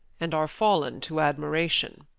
and are fallen to admiration.